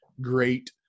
great